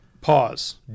Pause